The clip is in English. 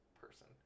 person